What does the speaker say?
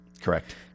Correct